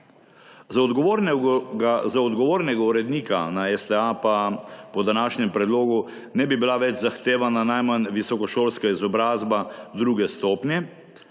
Za odgovornega urednika na STA pa po današnjem predlogu ne bi bila več zahtevana najmanj visokošolska izobrazba druge stopnje